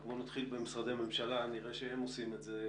אבל קודם נתחיל במשרדי הממשלה ונראה שהם עושים את זה.